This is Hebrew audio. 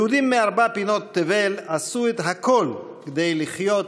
יהודים מארבע פינות תבל עשו את הכול כדי לחיות